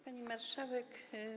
Pani Marszałek!